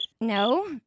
No